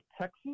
Texas